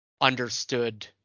understood